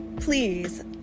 Please